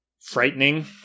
frightening